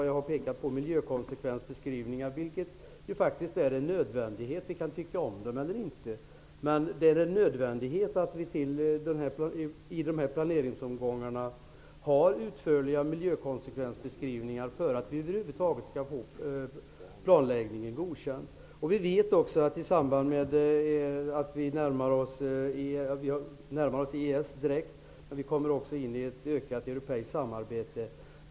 Jag har pekat på miljökonsekvensbeskrivningar. De är faktiskt en nödvändighet. Vi kan tycka om dem eller inte, men det är nödvändigt att vi har utförliga miljökonsekvensbeskrivningar i dessa planeringsomgångar för att vi över huvud taget skall få planläggningen godkänd. Vi närmar oss nu EES, och vi kommer in i ett ökat europeiskt samarbete.